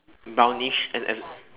brownish and and